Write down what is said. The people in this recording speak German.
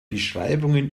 beschreibungen